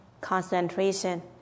concentration